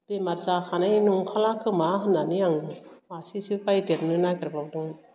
बेमार जाखानाय नंखाला खोमा होन्नानै आं मासेसो बायदेरनो नागेरबावदों